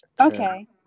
okay